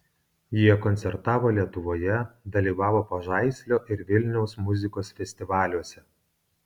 jie koncertavo lietuvoje dalyvavo pažaislio ir vilniaus muzikos festivaliuose